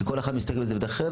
כי כל אחד מסתכל על זה בדרך אחרת,